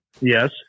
yes